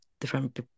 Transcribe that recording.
different